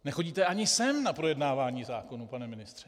Nechodíte ani sem na projednávání zákonů, pane ministře.